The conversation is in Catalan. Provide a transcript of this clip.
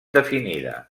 definida